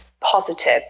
positive